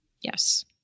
Yes